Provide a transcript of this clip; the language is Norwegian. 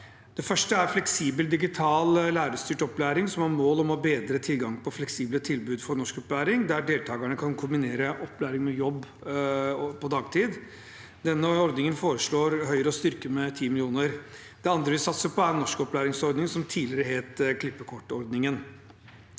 Det første tiltaket er fleksibel digital lærerstyrt opplæring som har som mål å bedre tilgangen på fleksible tilbud for norskopplæring, der deltakerne kan kombinere opplæring med jobb på dagtid. Høyre foreslår å styrke denne ordningen med 10 mill. kr. Det andre vi vil satse på, er norskopplæringsordningen som tidligere het klippekortordningen.